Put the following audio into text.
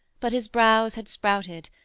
but his brows had sprouted,